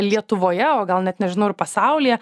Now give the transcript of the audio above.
lietuvoje o gal net nežinau ar pasaulyje